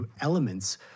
elements